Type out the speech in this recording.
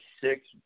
six